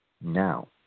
now